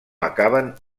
acaben